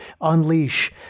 unleash